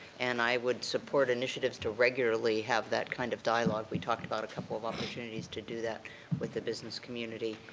and i would support initiatives to regularly have that kind of dialog. we talked about a couple of opportunities to do that with the business community,